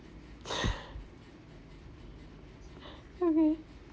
okay